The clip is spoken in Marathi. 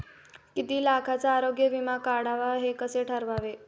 किती लाखाचा आरोग्य विमा काढावा हे कसे ठरवावे?